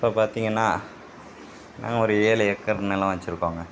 இப்போ பார்த்திங்கன்னா நாங்கள் ஒரு ஏழு ஏக்கர் நெலம் வச்சிருக்கோங்க